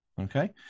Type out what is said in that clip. Okay